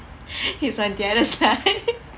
he's on the other side